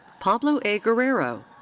pablo a. guerrero.